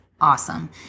awesome